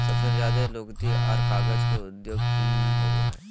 सबसे ज्यादे लुगदी आर कागज के उद्योग चीन मे होवो हय